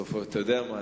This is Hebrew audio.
אתה יודע מה?